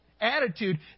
attitude